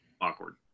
awkward